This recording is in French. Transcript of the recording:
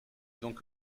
donc